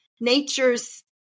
nature's